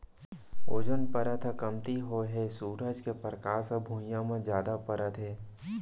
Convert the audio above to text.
ozone परत ह कमती होए हे सूरज के परकास ह भुइयाँ म जादा परत हे